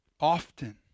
often